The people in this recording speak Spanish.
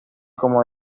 como